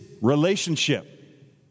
relationship